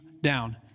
down